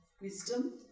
wisdom